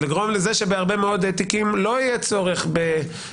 ולגרום לזה שבהרבה מאוד תיקים לא יהיה צורך בזה.